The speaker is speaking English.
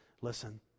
listen